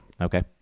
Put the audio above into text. okay